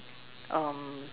um